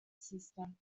system